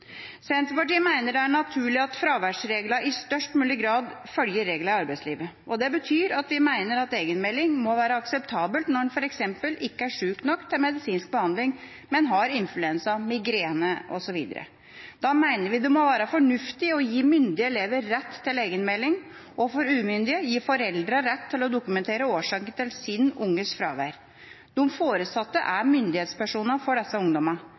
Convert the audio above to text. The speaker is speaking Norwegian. Senterpartiet mener det er naturlig at fraværsreglene i størst mulig grad følger reglene i arbeidslivet. Det betyr at vi mener at egenmelding må være akseptabelt når man f.eks. ikke er syk nok til medisinsk behandling, men har influensa, migrene osv. Da mener vi det må være fornuftig å gi myndige elever rett til egenmelding, og, for umyndige, gi foreldrene rett til å dokumentere årsaken til sin unges fravær. De foresatte er myndighetspersonene for disse ungdommene.